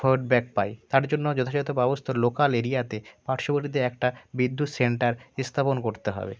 feedback পাই তার জন্য যথাযথ ব্যবস্থা লোকাল এরিয়াতে পার্শ্ববর্তীতে একটা বিদ্যুৎ সেন্টার স্থাপন করতে হবে